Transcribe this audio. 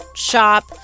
shop